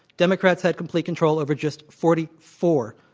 democrats had complete control over just forty four.